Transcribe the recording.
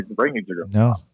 No